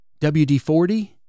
WD-40